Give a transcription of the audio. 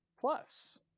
plus